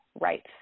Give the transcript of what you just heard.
rights